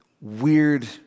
weird